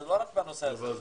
זה לא רק בנושא הזה.